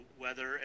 weather